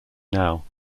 now